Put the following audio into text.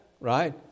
right